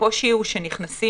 הקושי הוא שנכנסים